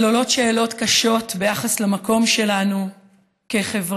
אבל עולות שאלות קשות על המקום שלנו כחברה